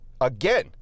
again